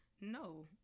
no